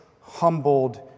humbled